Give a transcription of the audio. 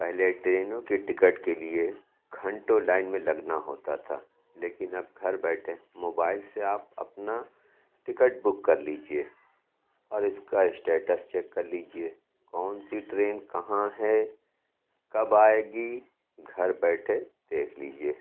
پہلے ٹرینوں کے ٹکٹ کے لیے گھنٹوں لائن میں لگنا ہوتا تھا لیکن اب گھر بیٹھے موبائل سے آپ اپنا ٹکٹ بک کر لیجیے اور اِس کا اسٹیٹس چیک کر لیجیے کون سی ٹرین کہاں ہے کب آئے گی گھر بیٹھے دیکھ لیجیے